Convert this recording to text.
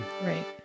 Right